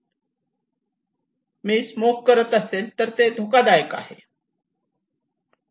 मी smoke करत असेल तर ते धोकादायक आहे